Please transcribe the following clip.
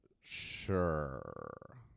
Sure